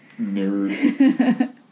nerd